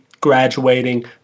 graduating